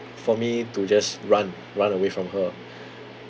for me to just run run away from her